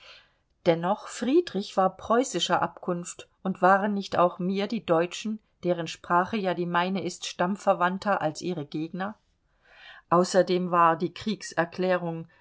dennoch friedrich war preußischer abkunft und waren nicht auch mir die deutschen deren sprache ja die meine ist stammverwandter als ihre gegner außerdem war die kriegserklärung